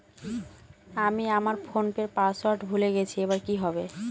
আমি আমার ফোনপের পাসওয়ার্ড ভুলে গেছি এবার কি হবে?